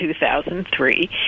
2003